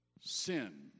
sin